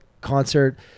concert